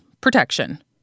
protection